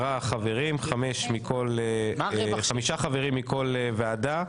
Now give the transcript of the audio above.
חברים, 5 חברים מכל ועדה.